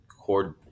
cord